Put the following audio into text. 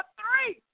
three